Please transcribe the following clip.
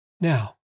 Now